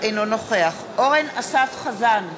אינו נוכח אורן אסף חזן,